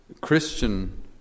Christian